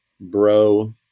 bro